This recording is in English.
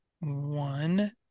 one